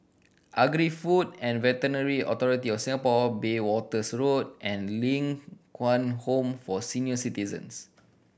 Agri Food and Veterinary Authority of Singapore Bayswaters Road and Ling Kwang Home for Senior Citizens